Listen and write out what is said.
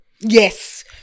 yes